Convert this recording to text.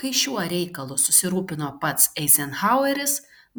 kai šiuo reikalu susirūpino pats eizenhaueris